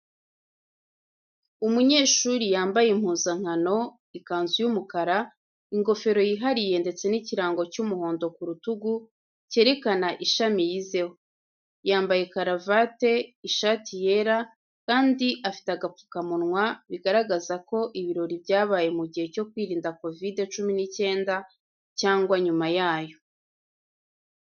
Umunyeshuri yambaye impuzankano, ikanzu y'umukara, ingofero yihariye ndetse n’ikirango cy’umuhondo ku rutugu, cyerekana ishami yizeho. Yambaye karavate, ishati yera kandi afite agapfukamunwa, bigaragaza ko ibirori byabaye mu gihe cyo kwirinda kovidi cumi n'icyenda cyangwa nyuma yayo.